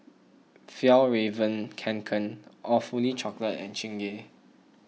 Fjallraven Kanken Awfully Chocolate and Chingay